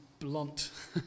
blunt